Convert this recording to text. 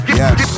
yes